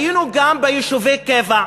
היינו גם ביישובי קבע,